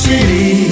City